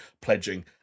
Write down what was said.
pledging